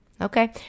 Okay